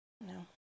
No